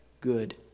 good